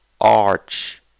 arch